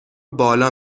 بالا